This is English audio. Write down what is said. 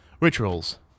Rituals